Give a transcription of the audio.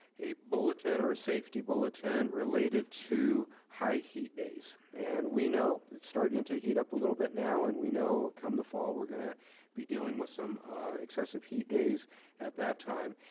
bulletin or a safety bulletin related to high heat days. and we know it's starting to heat up a little bit now, and we know come the fall, we're gonna be dealing with some excessive heat days at that time.